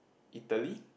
Italy